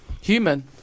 Human